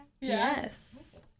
Yes